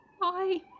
Bye